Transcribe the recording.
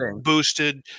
boosted